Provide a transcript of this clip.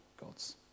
God's